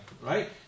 right